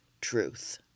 truth